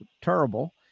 terrible